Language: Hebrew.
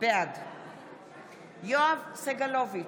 בעד יואב סגלוביץ'